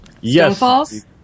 Yes